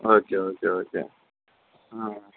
okay okay okay ம்